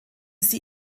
sie